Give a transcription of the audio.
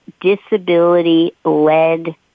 disability-led